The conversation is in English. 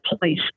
place